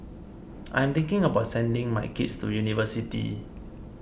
I'm thinking about sending my kids to university